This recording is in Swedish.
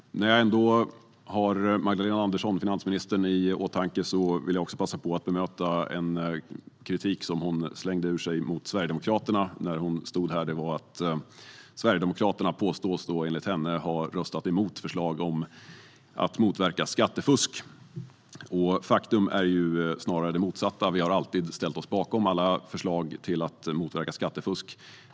När jag ändå har finansminister Magdalena Andersson i åtanke vill jag passa på att bemöta kritik mot Sverigedemokraterna som hon slängde ur sig. Hon påstod att Sverigedemokraterna har röstat emot förslag om att motverka skattefusk. Faktum är ju snarare det motsatta: Vi har alltid ställt oss bakom alla förslag som syftar till att motverka skattefusk.